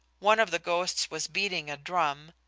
one of the ghosts was beating a drum,